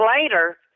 later